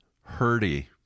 hurdy